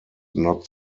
not